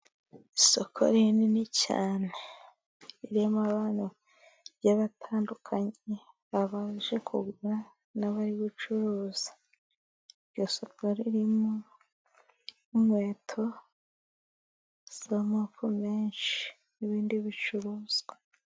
Isoko rinini cyane ririmo abantu bagiye batandukanye, abaje kugura n'abari gucuruza, iryo soko ririmo inkweto z'amoko menshi n'ibindi bicuruzwa.